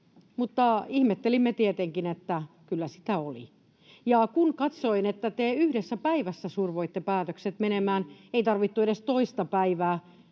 mutta ihmettelimme tietenkin, että kyllä sitä oli. Ja kun katsoin, että te yhdessä päivässä survoitte päätökset menemään, eikä tarvittu edes toista päivää,